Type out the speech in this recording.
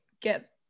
get